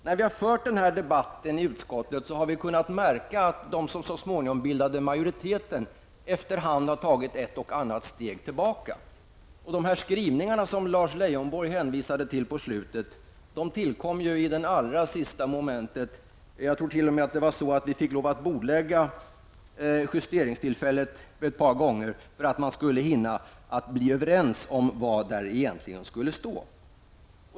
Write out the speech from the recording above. När debatten har förts i utskottet har vi märkt att de som så småningom har bildat majoriteten efter hand har tagit ett och annat steg tillbaka. Skrivningarna som Lars Leijonborg hänvisade till på slutet tillkom i det allra sista momentet. Jag tror t.o.m. att vi fick lov att bordlägga justeringstillfället ett par gånger för att alla skulle hinna bli överens om vad där skulle stå.